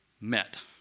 met